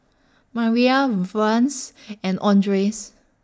Mariyah Vance and Andres